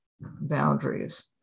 boundaries